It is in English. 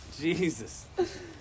Jesus